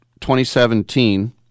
2017